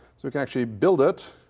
so we can actually build it,